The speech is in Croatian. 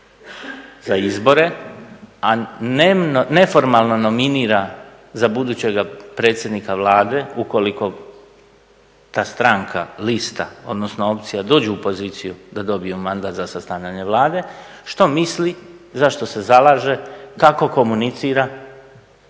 za izbore, a neformalno nominira za budućega predsjednika Vlade ukoliko ta stranka, lista odnosno opcija dođu u poziciju da dobiju mandat za sastavljanje Vlade, što misli za što se zalaže, kako komunicira,